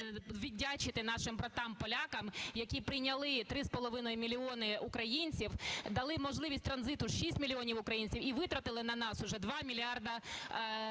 віддячити нашим братам-полякам, які прийняли 3,5 мільйона українців, дали можливість транзиту 6 мільйонам українцям і витратили на нас уже 2 мільярди євро.